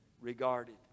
regarded